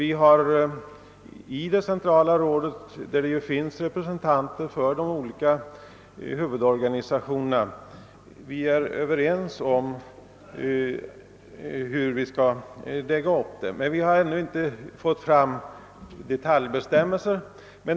I det centrala rådet, där det finns representanter för de olika huvudorganisationerna, är vi överens om uppläggningen, men vi har ännu inte fått fram detaljbestämmelser.